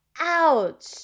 Ouch